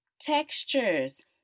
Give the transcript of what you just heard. textures